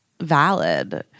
valid